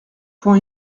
point